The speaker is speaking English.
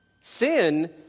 sin